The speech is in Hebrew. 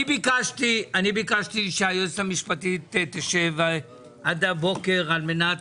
אני ביקשתי שהיועצת המשפטית תשב עד הבוקר על מנת